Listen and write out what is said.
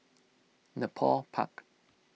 Nepal Park